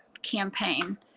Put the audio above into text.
Campaign